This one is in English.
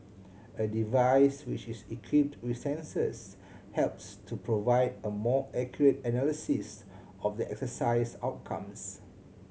a device which is equipped with sensors helps to provide a more accurate analysis of the exercise outcomes